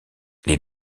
les